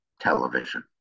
television